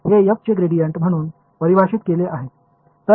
எனவே இது f இன் கிரேடியன்ட் என்று வரையறுக்கப்படுகின்றது